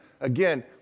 Again